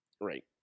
Right